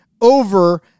over